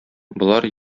болар